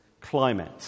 climate